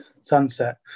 sunset